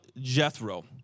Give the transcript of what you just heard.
Jethro